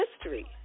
history